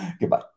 Goodbye